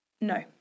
No